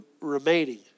remaining